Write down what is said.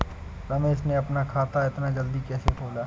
रमेश ने अपना खाता इतना जल्दी कैसे खोला?